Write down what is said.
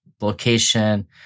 location